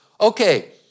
Okay